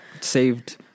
Saved